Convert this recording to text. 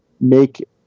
make